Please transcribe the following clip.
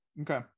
Okay